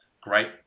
great